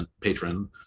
patron